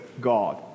God